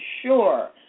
sure